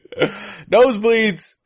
Nosebleeds